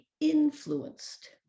influenced